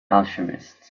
alchemist